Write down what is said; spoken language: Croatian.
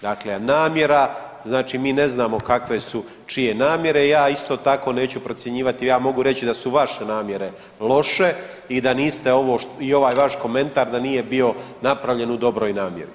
Dakle, namjera znači mi ne znamo kakve su čije namjere, ja isto tako neću procjenjivati, ja mogu reći da su vaše namjere loše i da niste ovo i ovaj vaš komentar da nije bio napravljen u dobroj namjeri.